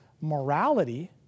morality